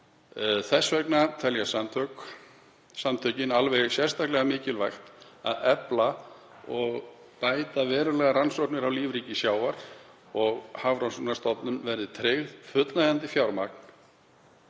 Þess vegna telja samtökin alveg sérstaklega mikilvægt nú að efla og bæta verulega rannsóknir á lífríki sjávar og Hafrannsóknastofnun verði tryggt fullnægjandi fjármagn